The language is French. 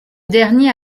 dernier